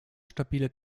stabile